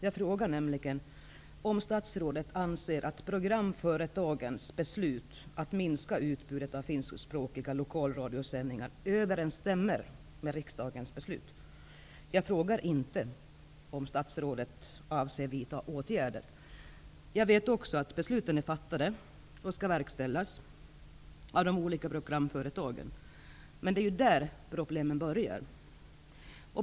Jag frågade nämligen om statsrådet anser att programföretagens beslut att minska utbudet av finskspråkiga lokalradiosändningar överensstämmer med riksdagens beslut. Jag frågade inte om statsrådet avser att vidta åtgärder. Jag vet också att besluten är fattade och skall verkställas av de olika programföretagen. Men det är där som problemen börjar.